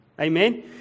Amen